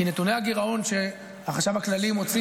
כי נתוני הגירעון שהחשב הכללי מוציא